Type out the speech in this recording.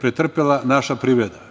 pretrpela naše privreda,